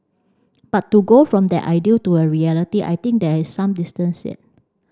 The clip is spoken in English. but to go from that ideal to a reality I think there is some distance yet